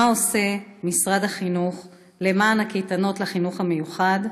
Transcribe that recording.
1. מה עושה משרד החינוך למען קיום הקייטנות לחינוך המיוחד?